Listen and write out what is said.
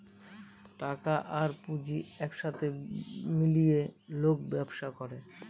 টাকা আর পুঁজি এক সাথে মিলিয়ে লোক ব্যবসা করে